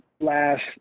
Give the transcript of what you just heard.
last